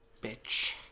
bitch